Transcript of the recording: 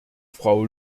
frau